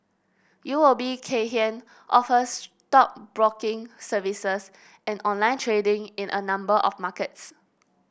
U O B Kay Hian offers stockbroking services and online trading in a number of markets